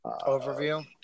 overview